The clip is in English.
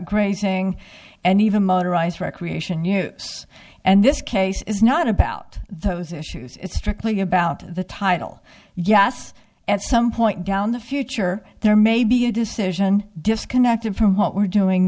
grazing and even motorized recreation you know and this case is not about those issues it's strictly about the title yes and some point down the future there may be a decision disconnected from what we're doing